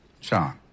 Sean